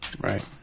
right